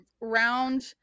Round